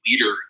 leader